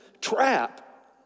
trap